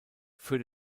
für